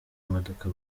imodoka